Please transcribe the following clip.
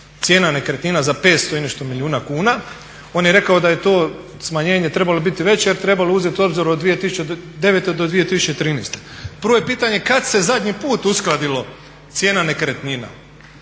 cijena nekretnina za 500 i nešto milijuna kuna, on je rekao da je to smanjenje trebalo biti veće jer je trebalo uzet u obzir od 2009. do 2013. Prvo je pitanje kad se zadnji put uskladila cijena nekretnina,